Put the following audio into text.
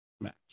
match